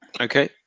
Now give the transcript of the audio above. Okay